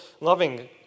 loving